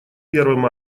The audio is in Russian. первым